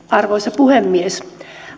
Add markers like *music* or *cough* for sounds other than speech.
*unintelligible* arvoisa puhemies